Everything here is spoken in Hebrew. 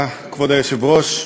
כבוד היושב-ראש,